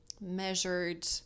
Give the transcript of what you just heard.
measured